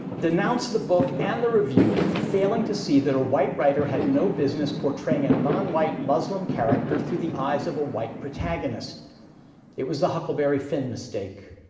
denounced the book and the review for failing to see that a white writer had no business portraying a non-white muslim character through the eyes of a white protagonist it was the huckleberry finn mistake.